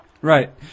Right